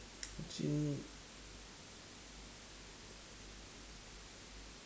I think